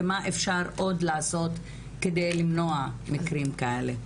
ומה אפשר עוד לעשות כדי למנוע מקרים כאלה.